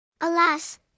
Alas